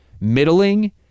Middling